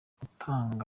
gutanga